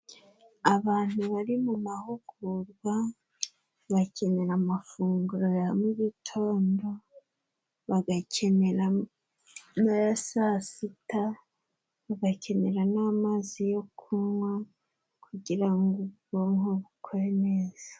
Abantu bari mu mahugurwa bakenera amafunguro ya mu gitondo, bagakenera n'aya saa sita, bagakenera n'amazi yo kunywa kugira ngo ubwonko bukore neza.